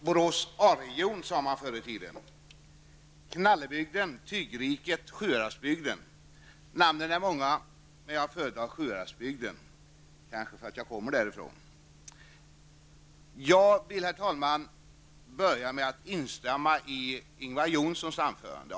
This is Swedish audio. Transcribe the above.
Herr talman! Borås A-region sade man förr i tiden. Namnen är många, men jag föredrar Sjuhäradsbygden -- kanske för att jag kommer därifrån. Jag vill, herr talman, av två skäl börja med att instämma i Ingvar Johnssons anförande.